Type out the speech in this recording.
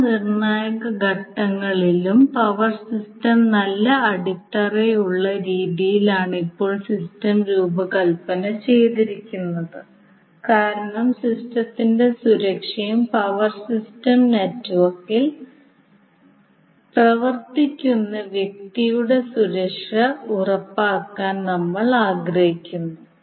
എല്ലാ നിർണായക ഘട്ടങ്ങളിലും പവർ സിസ്റ്റം നല്ല അടിത്തറയുള്ള രീതിയിലാണ് ഇപ്പോൾ സിസ്റ്റം രൂപകൽപ്പന ചെയ്തിരിക്കുന്നത് കാരണം സിസ്റ്റത്തിന്റെ സുരക്ഷയും പവർ സിസ്റ്റം നെറ്റ്വർക്കിൽ പ്രവർത്തിക്കുന്ന വ്യക്തിയുടെ സുരക്ഷ ഉറപ്പാക്കാൻ നമ്മൾ ആഗ്രഹിക്കുന്നു